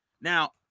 Now